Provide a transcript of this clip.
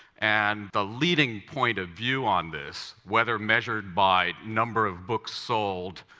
and the leading point of view on this, whether measured by number of books sold,